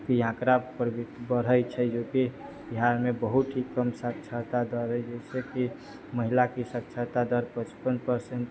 की आँकड़ा बढ़ै छै जोकि बिहारमे बहुत ही कम साक्षरता दर अइ जैसेकि महिलाके साक्षरता दर पचपन पर्सेन्ट